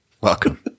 welcome